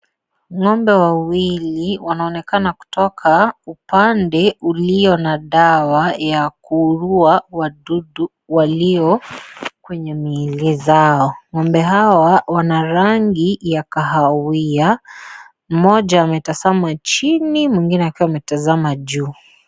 Ng'ombe wawili wanaonekana kutoka upande ulio na dawa ya kuua wadudu walio kwenye miili zao. Ng'ombe hawa wana rangi ya kahawia. Mmoja ametazama chini mwingine akiwa ametazama juu.